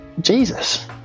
Jesus